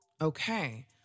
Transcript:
Okay